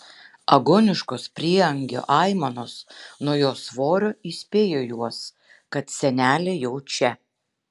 agoniškos prieangio aimanos nuo jos svorio įspėjo juos kad senelė jau čia